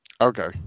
Okay